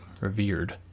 revered